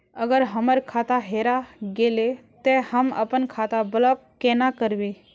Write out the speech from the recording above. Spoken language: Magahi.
अगर हमर खाता हेरा गेले ते हम अपन खाता ब्लॉक केना करबे?